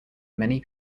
many